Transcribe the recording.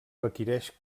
requereix